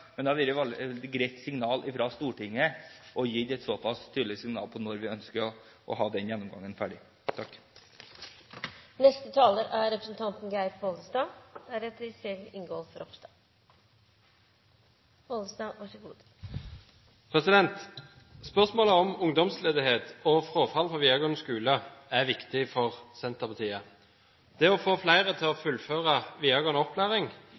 men det hadde vært greit om Stortinget kunne gitt et såpass tydelig signal om når vi ønsker at den gjennomgangen skal være ferdig. Spørsmålet om ungdomsledighet og frafall fra videregående skole er viktig for Senterpartiet. Det å få flere til å fullføre videregående opplæring